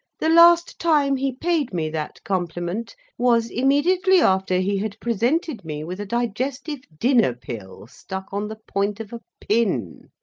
the last time he paid me that compliment was immediately after he had presented me with a digestive dinner-pill stuck on the point of a pin.